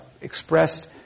expressed